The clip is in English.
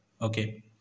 okay